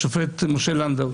השופט לנדוי.